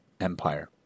Empire